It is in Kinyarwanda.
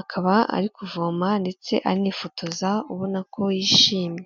Akaba ari kuvoma ndetse anifotoza, ubona ko yishimye.